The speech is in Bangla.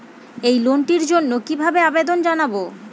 এই লোনটির জন্য কিভাবে আবেদন জানাবো?